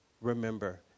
Remember